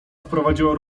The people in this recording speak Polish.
wprowadziła